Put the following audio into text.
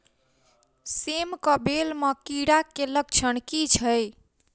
सेम कऽ बेल म कीड़ा केँ लक्षण की छै?